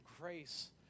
grace